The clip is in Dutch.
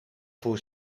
voor